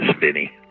Vinny